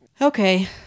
Okay